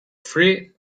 free